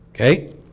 Okay